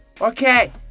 okay